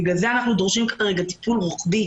בגלל זה אנחנו דורשים כרגע טיפול רוחבי